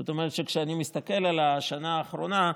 זאת אומרת שכשאני מסתכל על השנה האחרונה,